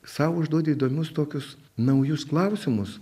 sau užduodi įdomius tokius naujus klausimus